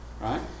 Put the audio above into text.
right